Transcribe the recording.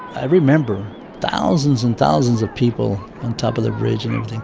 i remember thousands and thousands of people on top of the bridge and